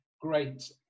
great